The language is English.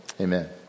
amen